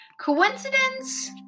coincidence